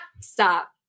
Stop